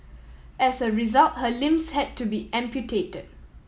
as a result her limbs had to be amputated